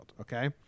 Okay